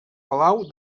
palau